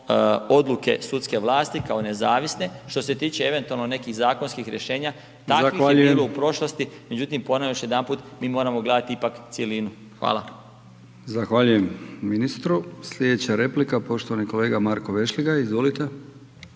odluke sudske vlasti kao nezavisne. Što se tiče eventualno nekih zakonskih rješenja, takvih …/Upadica: Zahvaljujem/…je bilo u prošlosti, međutim ponavljam još jedanput, mi moramo gledati ipak cjelinu. Hvala. **Brkić, Milijan (HDZ)** Zahvaljujem ministru. Slijedeća replika poštovani kolega Marko Vešligaj, izvolite.